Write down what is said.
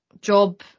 job